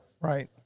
Right